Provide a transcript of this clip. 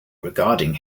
regarding